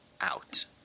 out